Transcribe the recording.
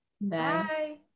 Bye